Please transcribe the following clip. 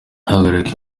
byagaragaye